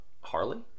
Harley